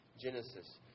Genesis